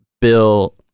Bill